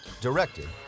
directed